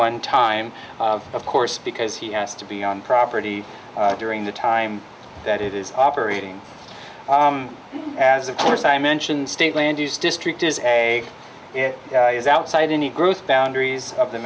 one time of course because he has to be on property during the time that it is operating as of course i mentioned state land use district is a it is outside of any growth boundaries of the